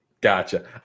Gotcha